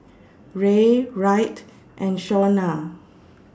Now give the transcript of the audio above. Ray Wright and Shaunna